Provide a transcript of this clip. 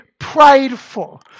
prideful